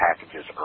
packages